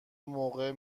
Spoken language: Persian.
موقع